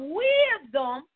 wisdom